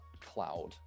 cloud